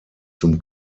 zum